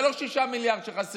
זה לא 6 מיליארד שחסרים,